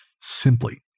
simply